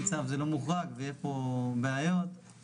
לא בגלל ההנחות שהמדינה כופה.